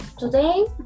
Today